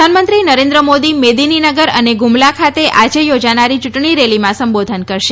પ્રધાનમંત્રી નરેન્દ્ર મોદી મેદીનીનગર અને ગુમલા ખાતે આજે યોજાનારી યૂંટણી રેલીમાં સંબોધન કરશે